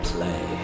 Play